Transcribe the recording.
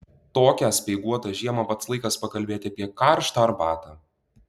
tokią speiguotą žiemą pats laikas pakalbėti apie karštą arbatą